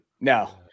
No